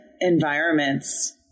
environments